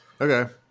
Okay